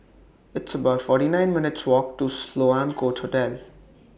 It's about forty nine minutes' Walk to Sloane Court Hotel